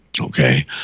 okay